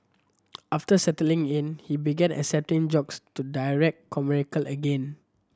after settling in he began accepting jobs to direct commercial again